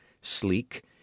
sleek